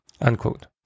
Unquote